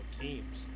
teams